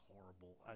horrible